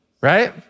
Right